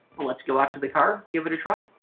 but let's go out to the car, give it a try.